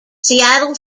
seattle